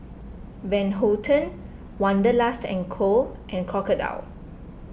Van Houten Wanderlust and Co and Crocodile